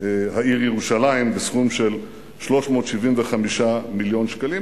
העיר ירושלים בסכום של 375 מיליון שקלים.